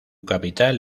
capital